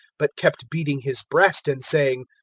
but kept beating his breast and saying,